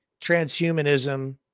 transhumanism